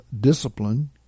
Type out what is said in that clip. discipline